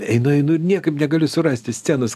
einu einu ir niekaip negaliu surasti scenos